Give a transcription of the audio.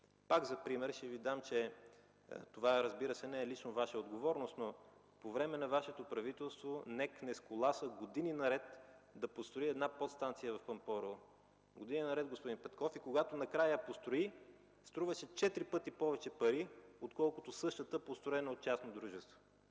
Пак за пример ще Ви дам, че това, разбира се, не е лично Ваша отговорност, но по време на Вашето правителство НЕК не сколаса години наред да построи една подстанция в Пампорово – години наред, господин Петков, и когато накрая я построи, струваше четири пъти повече пари отколкото същата, построена от частно дружество